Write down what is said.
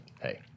hey